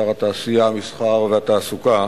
שר התעשייה, המסחר והתעסוקה,